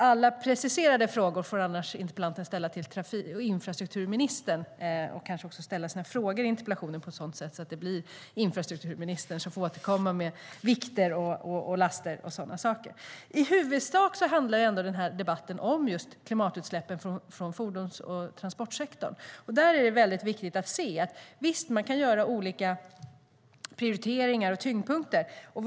Alla preciserade frågor får interpellanten ställa till infrastrukturministern och då också kanske ställa sina frågor i interpellationen på ett sådant sätt att det blir infrastrukturministern som får återkomma beträffande vikter, laster och sådant.I huvudsak handlar debatten om klimatutsläppen från transportsektorn. Man kan göra olika prioriteringar och se olika tyngdpunkter.